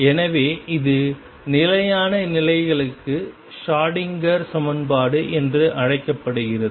எனவே இது நிலையான நிலைகளுக்கு ஷ்ரோடிங்கர் சமன்பாடு என்று அழைக்கப்படுகிறது